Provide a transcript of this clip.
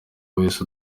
wahise